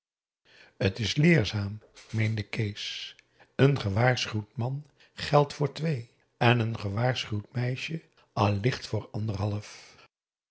het is leerzaam meende kees een gewaarschuwd man geldt voor twee een gewaarschuwd meisje allicht voor anderhalf